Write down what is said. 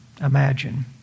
Imagine